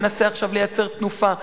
שמנסה עכשיו לייצר תנופה,